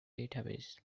database